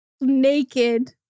naked